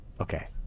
Okay